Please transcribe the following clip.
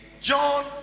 John